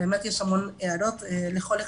באמת יש הרבה הערות לסעיפים.